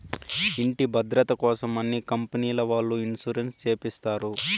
ఇంటి భద్రతకోసం అన్ని కంపెనీల వాళ్ళు ఇన్సూరెన్స్ చేపిస్తారు